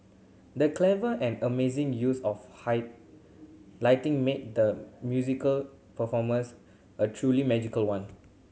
the clever and amazing use of high lighting made the musical performance a truly magical one